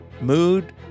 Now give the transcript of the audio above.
mood